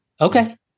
Okay